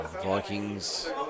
Vikings